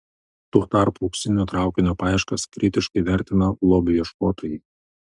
tuo tarpu auksinio traukinio paieškas kritiškai vertina lobių ieškotojai